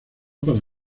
para